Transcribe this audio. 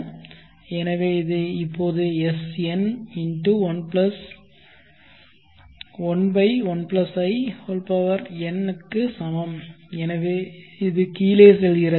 எனவே இது இப்போது S n11in க்கு சமம் எனவே இது கீழே செல்கிறது